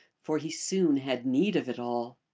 for he soon had need of it all.